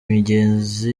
migezi